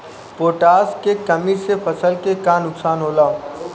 Potash के कमी से फसल के का नुकसान होला?